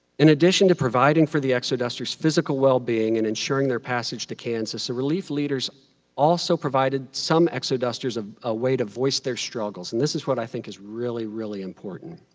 in addition to providing for the exodusters' physical well being and ensuring their passage to kansas, the relief leaders also provided some exodusters a way to voice their struggles. and this is what i think is really, really important.